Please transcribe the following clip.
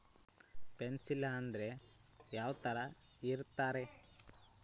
Place ಅಂದ್ರೆ ಯಾವ್ತರ ಇರ್ತಾರೆ?